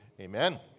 Amen